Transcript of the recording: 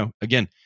again